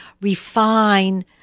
refine